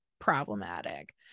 Problematic